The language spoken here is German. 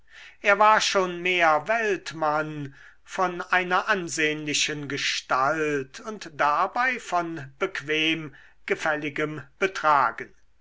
er war schon mehr weltmann von einer ansehnlichen gestalt und dabei von bequem gefälligem betragen